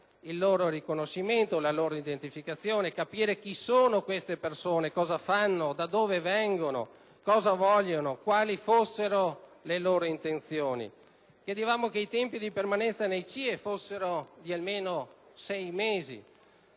il loro riconoscimento, la loro identificazione, capire chi sono queste persone, cosa fanno, da dove vengono, cosa vogliono, quali siano le loro intenzioni. Chiedevamo che tali tempi di permanenza fossero di almeno sei mesi,